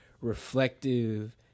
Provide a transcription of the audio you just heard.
reflective